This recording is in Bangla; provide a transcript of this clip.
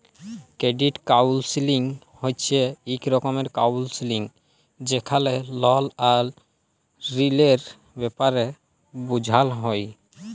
ক্রেডিট কাউল্সেলিং হছে ইক রকমের কাউল্সেলিং যেখালে লল আর ঋলের ব্যাপারে বুঝাল হ্যয়